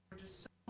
just